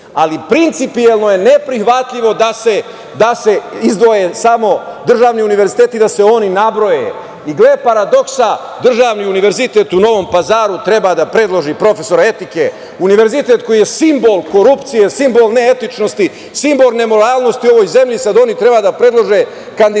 Ali, principijelno je neprihvatljivo da se izdvoje samo državni univerziteti, da se oni nabroje i gle paradoksa, državni univerzitet u Novom Pazaru treba da predloži profesora etike. Univerzitet koji je simbol korupcije, simbol neetičnosti, simbol nemoralnosti u ovoj zemlji, sada oni treba da predlože kandidata